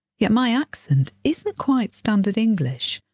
yet my accent isn't quite standard english.